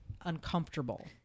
uncomfortable